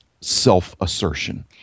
self-assertion